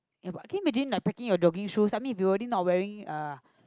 ya but can you imagine like packing your jogging shoes I mean if you already not wearing uh